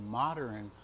modern